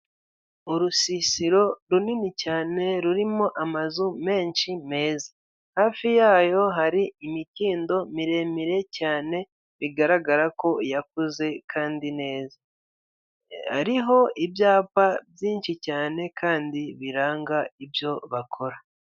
Urusisiro runini cyane rurimo amazu menshi meza, hafi yayo hari imikindo miremire cyane bigaragara ko yakuze kandi neza hariho ibyapa byinshi cyane kandi biranga ibyo bakora.